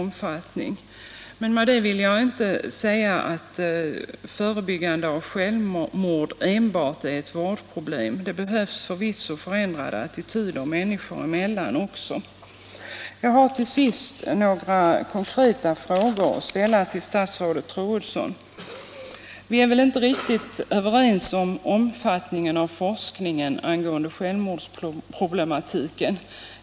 Men med det vill jag inte säga att förebyggande av självmord enbart är ett vårdproblem — det behövs förvisso förändrade attityder människor emellan också. Jag har till sist några konkreta frågor att ställa till statsrådet Troedsson. Vi är väl inte riktigt överens om omfattningen av forskningen angående självmordsproblematiken.